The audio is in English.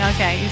Okay